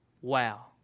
Wow